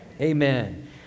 Amen